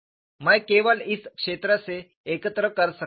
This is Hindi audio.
मैं केवल इस क्षेत्र से एकत्र कर सकता हूं